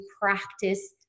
practice